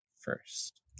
first